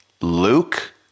Luke